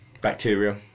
Bacteria